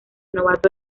novato